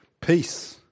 peace